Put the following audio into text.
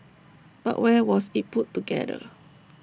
but where was IT put together